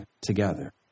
together